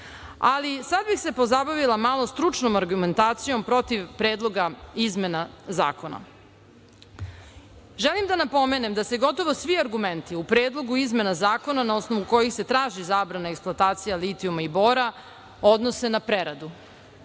bih se pozabavila malo stručnom argumentacijom protiv predloga izmena zakona. Želim da napomenem da se gotovo svi argumenti u Predlogu izmena zakona na osnovu kojih se traži zabrana eksploatacije litijuma i bora odnose na preradu,